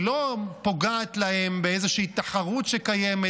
היא לא פוגעת להם באיזושהי תחרות שקיימת.